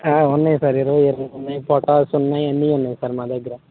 ఉన్నాయ్ సార్ ఇరవై ఉన్నాయ్ ఫొటాస్ ఉన్నాయి అన్ని ఉన్నాయ్ సార్ మా దగ్గర